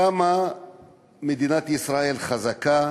כמה מדינת ישראל חזקה,